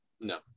No